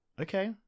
okay